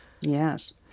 Yes